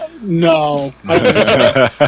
No